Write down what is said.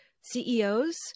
CEOs